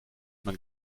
man